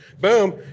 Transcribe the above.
boom